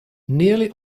nearly